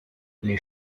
les